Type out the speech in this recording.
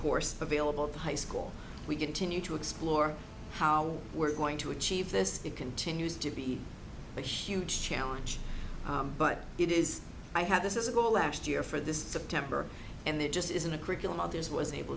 course available at the high school we continue to explore how we're going to achieve this it continues to be a huge challenge but it is i have this is a goal last year for this september and there just isn't a curriculum of theirs was able